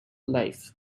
life